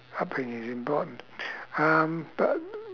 I think it's important um but